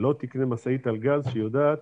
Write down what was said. לא תקנה משאית על גז כשהיא יודעת